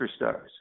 superstars